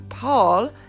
Paul